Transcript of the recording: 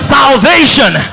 salvation